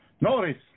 Notice